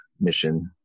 mission